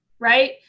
Right